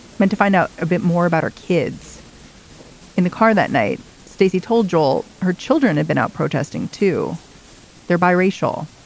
meant to find out a bit more about her kids in the car that night. stacey told joel her children had been out protesting to their bi racial.